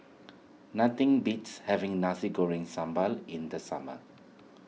nothing beats having Nasi Goreng Sambal in the summer